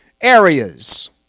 areas